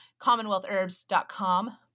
commonwealthherbs.com